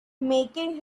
making